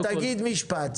תגיד משפט.